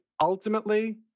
ultimately